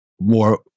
more